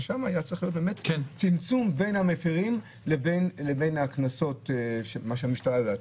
ושם היה צריך להיות צמצום בין המפרים לבין הקנסות מה שהמשטרה יודעת,